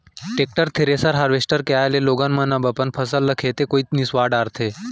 tractor, thresher, harvester के आए ले अब लोगन मन अपन फसल ल खेते कोइत मिंसवा डारथें